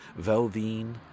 Velvine